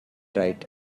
right